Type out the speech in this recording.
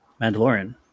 Mandalorian